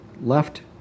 left